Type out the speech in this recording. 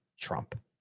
Trump